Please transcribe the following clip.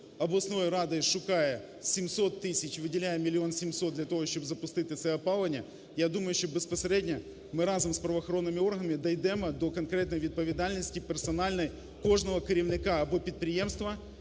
обласною радою шукає 700 тисяч, і виділяє 1 мільйон 700 для того, щоб запустити це опалення, я думаю, що безпосередньо ми разом з правоохоронними органами дійдемо до конкретної відповідальності, персональної кожного керівника або підприємства,